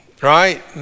Right